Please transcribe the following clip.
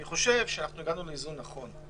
אני חושב שהגענו לאיזון נכון,